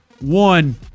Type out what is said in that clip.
one